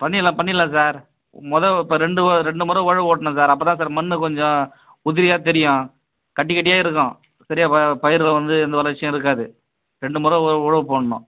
பண்ணிடலாம் பண்ணிடலாம் சார் மொதல் இப்போ ரெண்டு ரெண்டு முறை உழவு ஓட்டணும் சார் அப்போதான் சார் மண் கொஞ்சம் உதிரியாக தெரியும் கட்டி கட்டியாக இருக்கும் சரியாக பயிரில் வந்து எந்த வளர்ச்சியும் இருக்காது ரெண்டு முறை உழவு போடணும்